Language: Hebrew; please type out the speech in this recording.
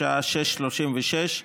בשעה 18:36,